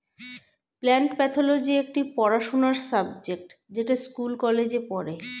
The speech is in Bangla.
প্লান্ট প্যাথলজি একটি পড়াশোনার সাবজেক্ট যেটা স্কুল কলেজে পড়ে